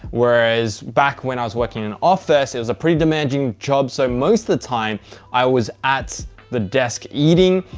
whereas back when i was working in an office, it was a pretty demanding job. so most of the time i was at the desk eating,